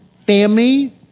Family